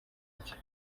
nshya